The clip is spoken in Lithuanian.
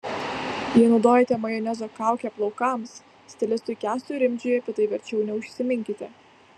jei naudojate majonezo kaukę plaukams stilistui kęstui rimdžiui apie tai verčiau neužsiminkite